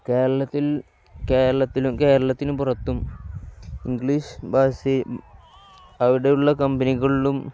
കേരളത്തിൽ കേരളത്തിലും കേരളത്തിന് പുറത്തും ഇംഗ്ലീഷ് ഭാഷ അവിടെയുള്ള കമ്പനികളിലും